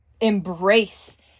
embrace